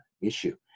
issue